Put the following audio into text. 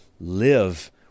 live